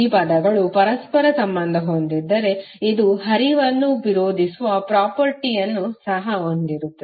ಈ ಪದಗಳು ಪರಸ್ಪರ ಸಂಬಂಧ ಹೊಂದಿದ್ದರೆ ಇದು ಹರಿವನ್ನು ವಿರೋಧಿಸುವ ಪ್ರಾಪರ್ರ್ಟಿಯನ್ನು ಸಹ ಹೊಂದಿರುತ್ತದೆ